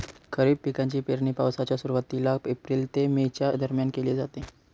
खरीप पिकांची पेरणी पावसाच्या सुरुवातीला एप्रिल ते मे च्या दरम्यान केली जाते